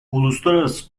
uluslararası